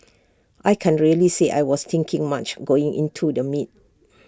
I can't really say I was thinking much going into the meet